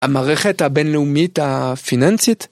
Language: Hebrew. המערכת הבינלאומית הפיננסית?